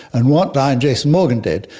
and what i and jason morgan did,